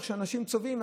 איך שאנשים צובאים,